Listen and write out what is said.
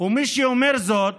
ומי שאומר זאת